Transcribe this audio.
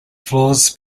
flaws